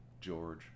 George